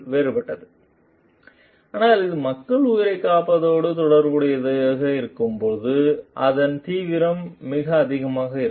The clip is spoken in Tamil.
வேறுபட்டது ஆனால் அது மக்களின் உயிரைக் காப்பாற்றுவதோடு தொடர்புடையதாக இருக்கும்போது அதன் தீவிரம் மிக அதிகமாக இருக்கும்